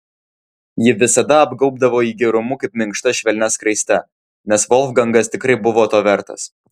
ji visada apgaubdavo jį gerumu kaip minkšta švelnia skraiste nes volfgangas tikrai buvo to vertas